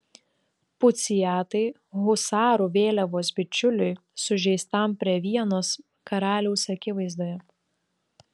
puciatai husarų vėliavos bičiuliui sužeistam prie vienos karaliaus akivaizdoje